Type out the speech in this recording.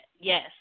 yes